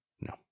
No